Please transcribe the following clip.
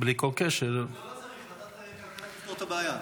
בלי כל קשר --- תפתור את הבעיה.